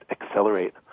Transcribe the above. accelerate